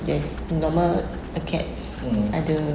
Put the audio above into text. there's normal acad ada